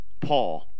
Paul